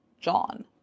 John